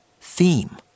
theme